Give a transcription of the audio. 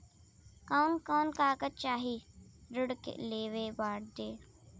कवन कवन कागज चाही ऋण लेवे बदे?